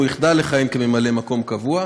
והוא יחדל לכהן כממלא מקום קבוע.